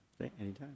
Anytime